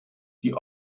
die